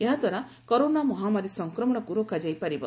ଏହାଦ୍ୱାରା କରୋନା ମହାମାରୀ ସଂକ୍ରମଣକୁ ରୋକାଯାଇ ପାରିବ